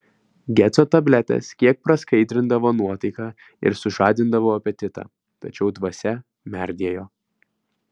geco tabletės kiek praskaidrindavo nuotaiką ir sužadindavo apetitą tačiau dvasia merdėjo